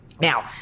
Now